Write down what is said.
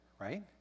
Right